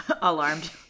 alarmed